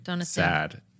sad